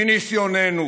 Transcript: מניסיוננו